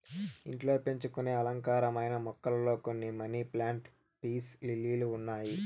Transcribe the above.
ఇంట్లో పెంచుకొనే అలంకారమైన మొక్కలలో కొన్ని మనీ ప్లాంట్, పీస్ లిల్లీ ఉన్నాయి